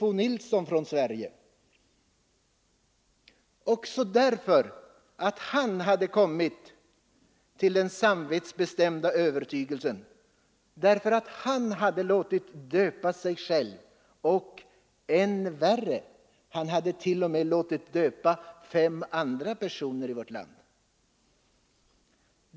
O. Nilsson från Sverige, därför att han kommit till samma samvetsbestämda övertygelse och därför att han både låtit döpa sig själv och — än värre — låtit döpa fem andra personer i vårt land.